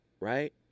right